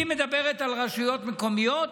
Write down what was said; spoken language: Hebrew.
היא מדברת על רשויות מקומיות,